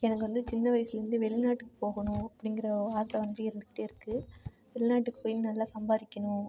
எனக்கு வந்து வயசுலேருந்தே வெளிநாட்டுக்கு போகணும் அப்படிங்கிற ஆசை வந்துட்டு இருந்துக்கிட்டே இருக்குது வெளிநாட்டுக்கு போய் நல்லா சம்பாதிக்கணும்